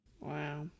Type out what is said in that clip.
Wow